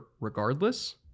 regardless